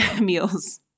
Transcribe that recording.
meals